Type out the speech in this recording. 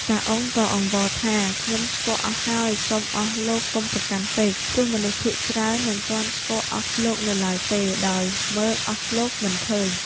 តាអ៊ុងក៏អង្វរថា "ខ្ញុំស្គាល់អស់ហើយ សុំអស់លោកកុំប្រកាន់ពេក ព្រោះមនុស្សភាគច្រើនមិនទាន់ស្គាល់អស់លោកនៅឡើយទេ ដោយមើលអស់លោកមិនឃើញ